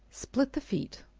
split the feet,